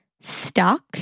stuck